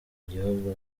gihugu